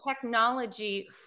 technology